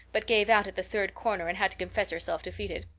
but gave out at the third corner and had to confess herself defeated.